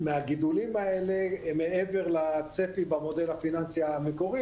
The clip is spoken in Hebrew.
מהגידולים האלה מעבר לצפי במודל הפיננסי המקורי